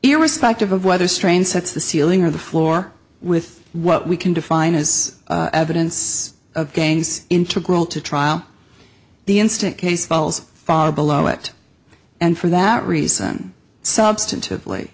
irrespective of whether strain sets the ceiling or the floor with what we can define as evidence of gains integral to trial the instant case falls far below it and for that reason substantive